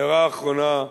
הערה אחרונה.